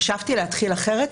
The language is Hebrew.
חשבתי להתחיל אחרת,